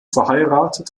verheiratet